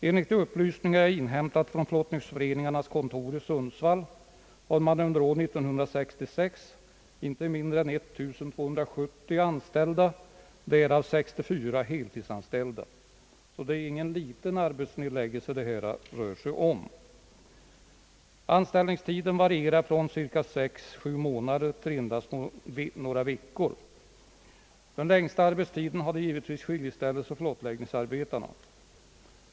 Enligt de upplysningar jag inhämtat från flottningsföreningarnas kontor i Sundsvall hade man under år 1966 inte mindre än 1270 anställda, därav 64 heltidsanställda. Anställningstiden varierar från cirka 6—7 månader till endast någon vecka. Den längsta arbetstiden hade givetvis skiljeställesoch flottläggningsarbetarna.